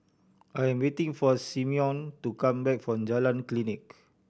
I am waiting for Simeon to come back from Jalan Klinik